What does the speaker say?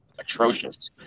Atrocious